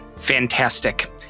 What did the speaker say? Fantastic